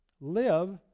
Live